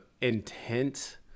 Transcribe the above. intent